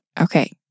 okay